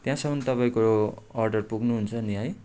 त्यहाँसम्म तपाईँको अर्डर पुग्नुहुन्छ नि है